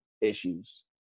issues